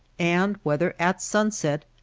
and whether at sunset,